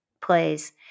plays